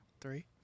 Three